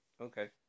Okay